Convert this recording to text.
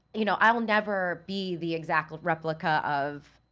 you know, i will never be the exact replica of